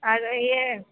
আর ইয়ে